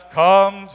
come